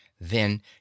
Then